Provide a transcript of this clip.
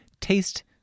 taste